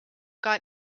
got